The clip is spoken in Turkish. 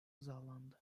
imzalandı